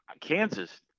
Kansas